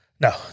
No